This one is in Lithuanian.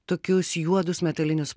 tokius juodus metalinius